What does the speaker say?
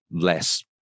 less